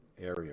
area